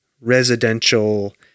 residential